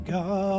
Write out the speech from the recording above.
God